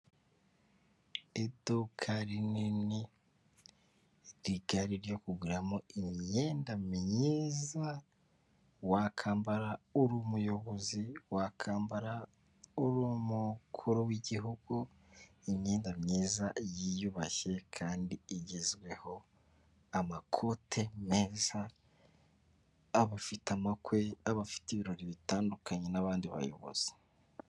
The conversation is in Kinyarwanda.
Iduka rinini rigari ryo kuguramo imyenda myiza, wakwambara uri umuyobozi, wakambara uri umukuru w'igihugu, imyenda myiza yiyubashye kandi igezweho, amakote meza abafite amakwe ,abafite ibirori bitandukanye n'abandi bayobozi.